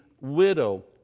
widow